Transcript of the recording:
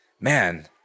man